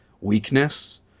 weakness